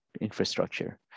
infrastructure